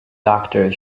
doctor